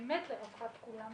לרווחת כולם.